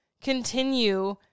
continue